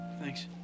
Thanks